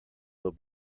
will